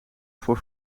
voor